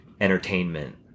Entertainment